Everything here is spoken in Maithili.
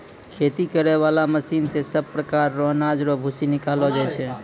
खेती करै बाला मशीन से सभ प्रकार रो अनाज रो भूसी निकालो जाय छै